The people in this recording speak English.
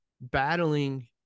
battling